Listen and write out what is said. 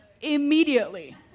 Immediately